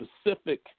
specific